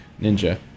Ninja